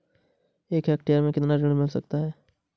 एक हेक्टेयर में कितना ऋण मिल सकता है?